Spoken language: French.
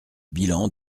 bilan